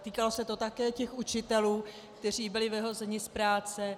Týkalo se to také těch učitelů, kteří byli vyhozeni z práce.